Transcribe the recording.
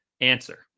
answer